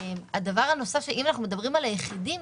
אם אנחנו מדברים על היחידים,